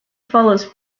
follows